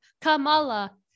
Kamala